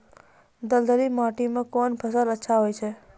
दलदली माटी म कोन फसल अच्छा होय छै?